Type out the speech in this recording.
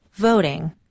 Voting